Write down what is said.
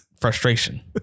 frustration